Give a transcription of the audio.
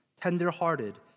tender-hearted